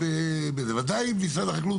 וודאי משרד החינוך,